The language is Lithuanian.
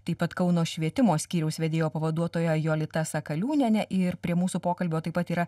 taip pat kauno švietimo skyriaus vedėjo pavaduotoja jolita sakaliūniene ir prie mūsų pokalbio taip pat yra